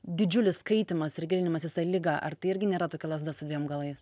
didžiulis skaitymas ir gilinimasis į ligą ar tai irgi nėra tokia lazda su dviem galais